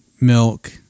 milk